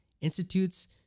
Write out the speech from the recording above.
institutes